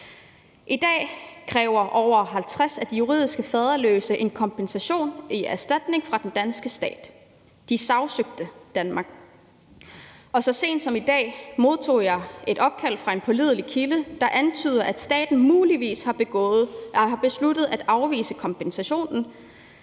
I dag kræver over 50 af de juridisk faderløse en kompensation i erstatning fra den danske stat. De sagsøgte Danmark. Så sent som i dag modtog jeg et opkald fra en pålidelig kilde, der antyder, at staten muligvis har besluttet at afvise kompensationen